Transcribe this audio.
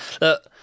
Look